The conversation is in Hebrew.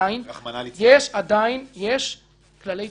ברור שכן.